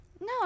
No